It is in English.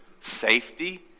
safety